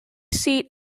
seat